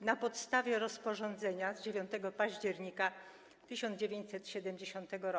na podstawie rozporządzenia z 9 października 1970 r.